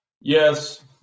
yes